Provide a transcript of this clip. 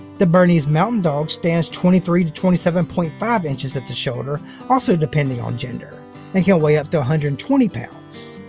the bernese mountain dog stands twenty three to twenty seven point five inches at the shoulder also depending on gender and can weigh up to one hundred and twenty pounds.